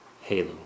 Halo